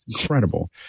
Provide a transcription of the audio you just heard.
incredible